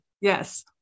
Yes